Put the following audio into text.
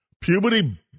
Puberty